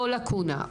או לאקונה,